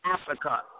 Africa